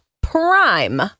prime